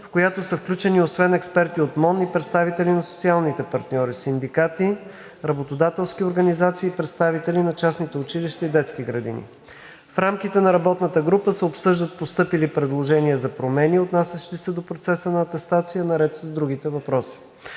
в която са включени освен експерти от МОН и представители на социалните партньори – синдикати, работодателски организации и представители на частните училища и детски градини. В рамките на работната група се обсъждат постъпили предложения за промени, отнасящи се до процеса на атестация наред с другите въпроси.